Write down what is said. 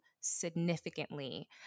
significantly